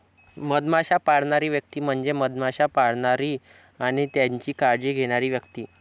मधमाश्या पाळणारी व्यक्ती म्हणजे मधमाश्या पाळणारी आणि त्यांची काळजी घेणारी व्यक्ती